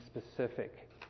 specific